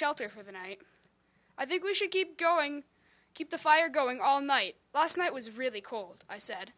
shelter for the night i think we should keep going keep the fire going all night last night was really cold i said